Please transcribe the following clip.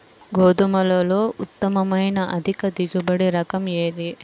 గోధుమలలో ఉత్తమమైన అధిక దిగుబడి రకం ఏది?